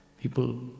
People